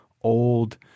old